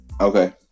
okay